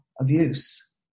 abuse